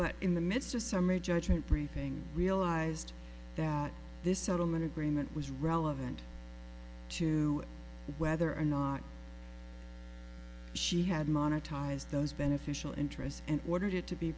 but in the midst of summary judgment briefing realized that this settlement agreement was relevant to whether or not she had monetize those beneficial interests and ordered it to be